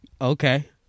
Okay